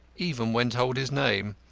even when told his name.